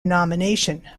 nomination